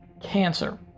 cancer